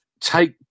take